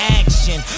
action